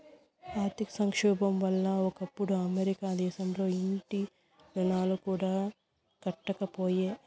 ఆర్థిక సంక్షోబం వల్ల ఒకప్పుడు అమెరికా దేశంల ఇంటి రుణాలు కూడా కట్టకపాయే